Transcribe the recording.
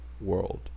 world